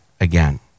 again